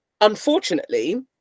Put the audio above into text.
Unfortunately